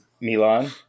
Milan